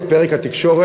את פרק התקשורת,